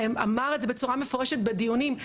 אמר את זה בצורה מפורשת בדיונים.